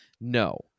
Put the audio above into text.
No